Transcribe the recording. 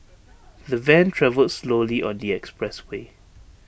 the van travelled slowly on the expressway